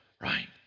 right